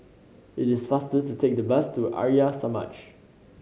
it is faster to take the bus to Arya Samaj